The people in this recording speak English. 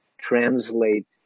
translate